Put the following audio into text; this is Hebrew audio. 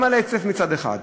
גם על ההיצף מצד אחד,